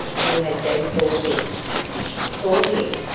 who had been called in called in?